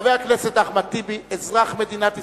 חבר הכנסת אחמד טיבי, אזרח מדינת ישראל,